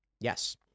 Yes